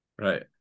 Right